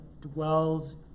dwells